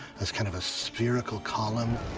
as kind of a spherical column,